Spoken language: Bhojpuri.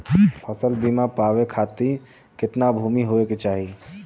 फ़सल बीमा पावे खाती कितना भूमि होवे के चाही?